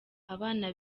abana